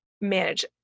manage